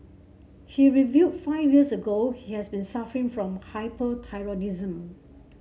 he revealed five years ago he has been suffering from hyperthyroidism